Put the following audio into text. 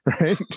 right